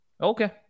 Okay